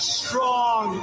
strong